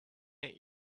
aunt